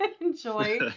enjoy